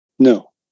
No